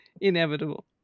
inevitable